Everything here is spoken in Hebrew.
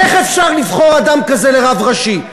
איך אפשר לבחור אדם כזה לרב ראשי?